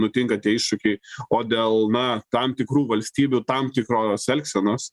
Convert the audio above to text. nutinka tie iššūkiai o dėl na tam tikrų valstybių tam tikros elgsenos